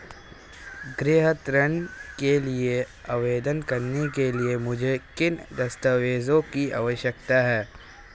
गृह ऋण के लिए आवेदन करने के लिए मुझे किन दस्तावेज़ों की आवश्यकता है?